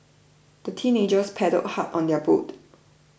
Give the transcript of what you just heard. the teenagers paddled hard on their boat